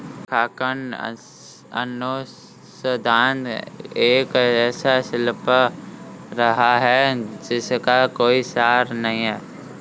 लेखांकन अनुसंधान एक ऐसा शिल्प रहा है जिसका कोई सार नहीं हैं